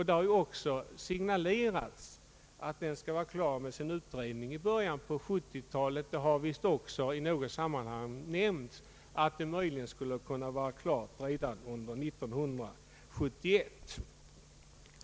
Det har också signalerats att U 68 skall vara klar med sin utredning i början av 1970 talet. Det har visst i något annat sammanhang nämnts att utredningen skulle kunna vara klar redan under år 1971.